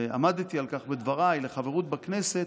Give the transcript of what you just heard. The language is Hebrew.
ועמדתי על כך בדבריי, לחברות בכנסת